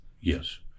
Yes